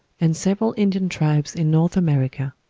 and several indian tribes in north america.